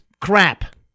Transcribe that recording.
crap